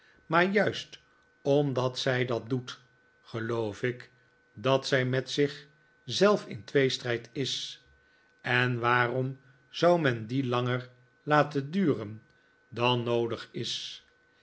maar juist omdat zij dat doet geloof ik dat zij met zich zelf in tweestrijd is en waarom zou men dien langer laten duren dan noodig is